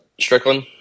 Strickland